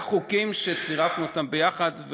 חוקים שצירפנו יחד,